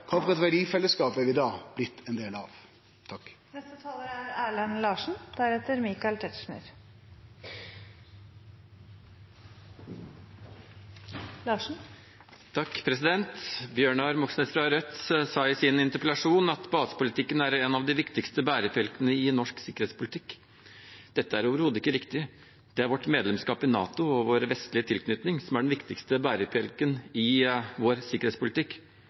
Kva slags verdifellesskap har vi da blitt ein del av? Representanten Bjørnar Moxnes fra Rødt sa i sin interpellasjon at basepolitikken er en av de viktigste bærebjelkene i norsk sikkerhetspolitikk. Det er overhodet ikke riktig. Det er vårt medlemskap i NATO og vår vestlige tilknytning som er den viktigste bærebjelken i vår